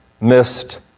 missed